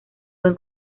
buen